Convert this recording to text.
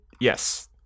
Yes